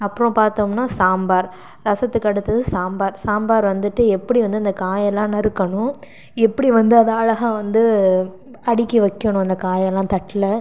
அப்புறம் பார்த்தோம்னா சாம்பார் ரசத்துக்கு அடுத்தது சாம்பார் சாம்பார் வந்துட்டு எப்படி வந்து இந்த காயெல்லாம் நறுக்கணும் எப்படி வந்து அதை அழகாக வந்து அடுக்கி வைக்கணும் அந்த காயெல்லாம் தட்டில்